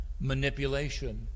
manipulation